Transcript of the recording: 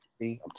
See